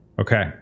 Okay